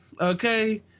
Okay